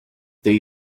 they